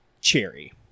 cherry